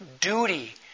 duty